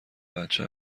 بچه